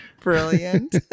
brilliant